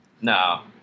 No